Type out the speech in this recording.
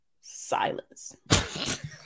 silence